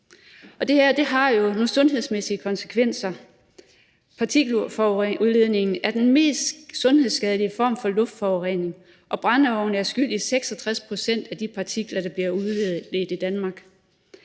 det her har jo nogle sundhedsmæssige konsekvenser. Partikeludledningen er den mest sundhedsskadelige form for luftforurening, og brændeovne er skyld i 66 pct. af de partikler, der bliver udledt i Danmark.